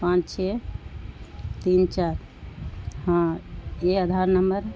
پانچ چھ تین چار ہاں یہ آدھار نمبر